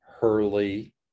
Hurley